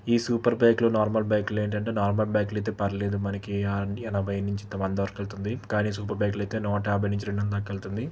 ఈ సూపర్ బైక్లు నార్మల్ బైక్లు ఏంటంటే నార్మల్ బైక్లు అయితే పర్లేదు మనకి ఎనభై నుంచి వంద వరకు వెళ్తుంది కానీ సూపర్ బైక్లు అయితే నూట యాభై నుంచి రెండు వందలకు వెళుతుంది